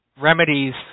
remedies